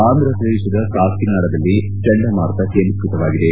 ಆಂಧ್ರಪ್ರದೇಶದ ಕಾಕಿನಾಡದಲ್ಲಿ ಚಂಡಮಾರುತ ಕೇಂದ್ರೀಕೃತವಾಗಿದೆ